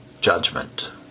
judgment